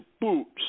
boots